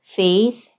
faith